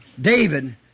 David